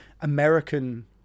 American